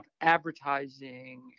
advertising